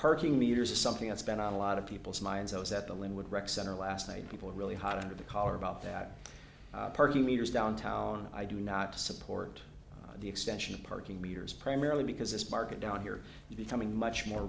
parking meters is something i spent on a lot of people's minds i was at the lynwood rec center last night people are really hot under the collar about that parking meters downtown i do not support the extension of parking meters primarily because this market down here is becoming much more